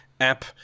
app